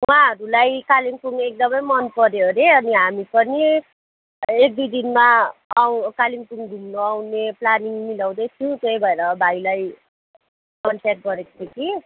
उहाँहरूलाई कालिम्पोङ एकदमै मनपर्यो अरे अनि हामी पनि एक दुई दिनमा आउँ कालिम्पोङ घुम्नु आउने प्लानिङ मिलाउँदैछौँ त्यही भएर भाइलाई कन्ट्याक्ट गरेको थिएँ कि